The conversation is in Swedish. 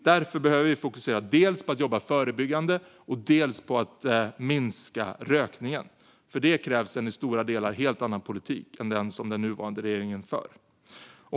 Därför behöver vi fokusera dels på att jobba förebyggande, dels på att minska rökningen. För detta krävs en i stora delar annan politik än den som den nuvarande regeringen för.